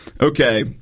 okay